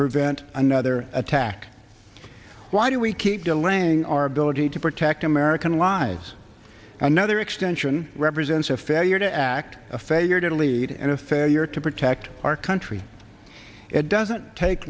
prevent another attack why do we keep delaying our ability to protect american lives another extension represents a failure to act a failure to lead and a failure to protect our country it doesn't take